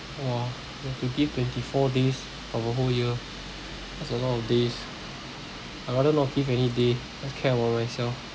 !wah! we have to give twenty four days our whole year that's a lot of days I rather not give any day just care about myself